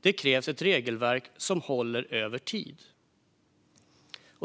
Det krävs ett regelverk som håller över tid.